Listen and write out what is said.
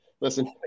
listen